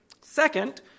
Second